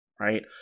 right